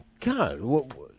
God